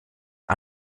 ein